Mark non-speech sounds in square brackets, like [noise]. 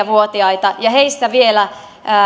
[unintelligible] vuotiaita ja heistä vielä